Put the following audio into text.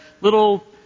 little